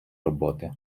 роботи